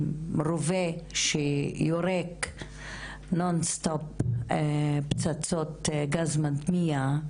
ורובה שיורה נון סטופ פצצות גז מדמיע,